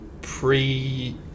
pre